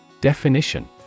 Definition